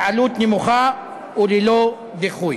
בעלות נמוכה וללא דיחוי.